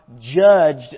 judged